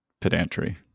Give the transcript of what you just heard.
pedantry